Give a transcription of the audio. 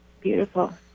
beautiful